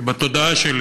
כי בתודעה שלי